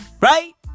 Right